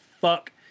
fuck